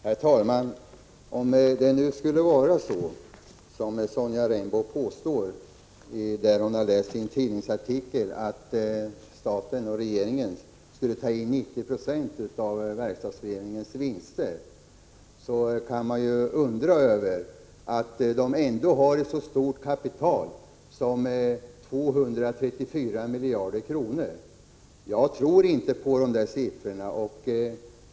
Herr talman! Om det nu skulle vara så — som Sonja Rembo påstår att det står i en tidningsartikel — att staten och regeringen skulle ta in 90 96 av verkstadsindustrins vinster, kan man ju förundras över att denna industri ändå har ett så stort kapital som 234 miljarder kronor. Jag tror inte på dessa siffror.